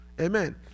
amen